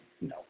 no